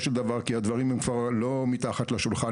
של דבר כי הדברים הם כבר לא מתחת השולחן,